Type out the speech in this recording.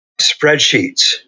spreadsheets